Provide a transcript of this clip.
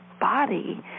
body